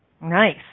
Nice